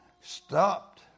stopped